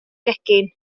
gegin